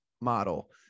model